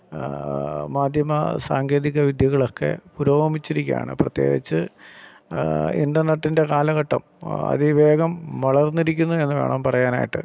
മാധ്യമ സാങ്കേതിക വിദ്യകളൊക്കെ പുരോഗമിച്ചിരിക്കുകയാണ് പ്രത്യേകിച്ച് ഇന്റര്നെറ്റിന്റെ കാലഘട്ടം അതിവേഗം വളര്ന്നിരിക്കുന്നു എന്ന് വേണം പറയാനായിട്ട്